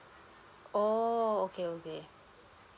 oh okay okay